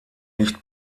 nicht